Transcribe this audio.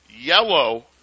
yellow